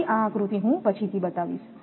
તેથી આ આકૃતિ હું પછીથી બતાવીશ